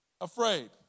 afraid